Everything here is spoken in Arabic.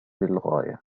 للغاية